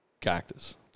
cactus